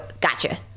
Gotcha